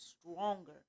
stronger